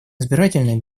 избирательные